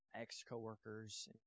ex-coworkers